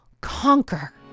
conquer